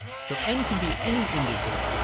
so n can be any integer.